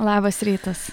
labas rytas